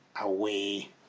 away